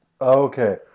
okay